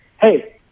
Hey